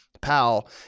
pal